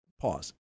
Pause